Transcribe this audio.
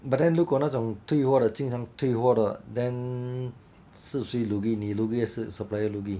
but then 如果那种退货的经常退货的 then 是谁 lugi 你 lugi 还是 supplier lugi